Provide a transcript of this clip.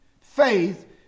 Faith